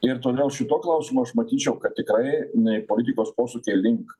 ir toliau šituo klausimu aš matyčiau kad tikrai nei politikos posūkyje link